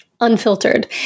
unfiltered